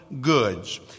goods